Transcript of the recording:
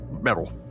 metal